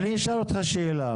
אני אשאל אותך שאלה.